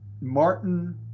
Martin